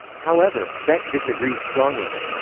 however, beck disagrees strongly.